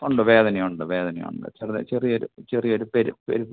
ഉണ്ട് വേദനയുണ്ട് വേദനയുണ്ട് ചെറുത് ചെറിയൊരു ചെറിയൊരു പെരുപ്പ് പെരുപ്പ്